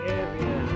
area